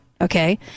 Okay